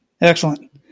Excellent